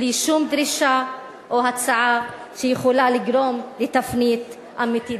בלי שום דרישה או הצעה שיכולה לגרום לתפנית אמיתית.